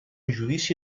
judici